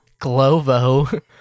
Glovo